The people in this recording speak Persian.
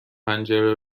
پنجره